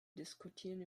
diskutieren